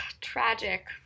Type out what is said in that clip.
tragic